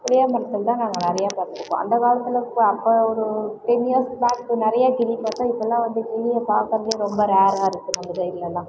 புளியமரத்தில் தான் நாங்க நெறைய பார்த்துருக்கோம் அந்த காலத்தில் அப்போ ஒரு டென் இயர்ஸ் பேக் பின்னாடி நிறைய கிளி பச்சை இப்போலாம் வந்து கிளியை பார்க்குறதே ரொம்ப ரேர்ராக இருக்கு அந்த சைட்லலாம்